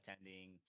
attending